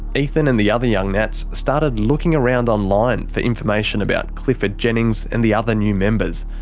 ethan and the other young nats started looking around online for information about clifford jennings and the other new members.